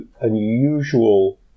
unusual